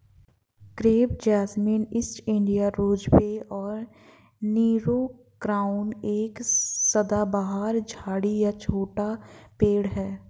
crepe jasmine, East India rosebay और Nero crown एक सदाबहार झाड़ी या छोटा पेड़ है